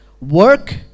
Work